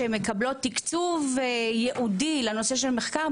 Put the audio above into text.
שמקבלות תקצוב ייעודי לנושא של מחקר,